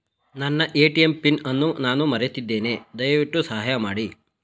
ನನ್ನ ATM PIN ಅನ್ನು ನಾನು ಮರೆತಿದ್ದೇನೆ, ದಯವಿಟ್ಟು ಸಹಾಯ ಮಾಡಿ